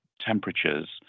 temperatures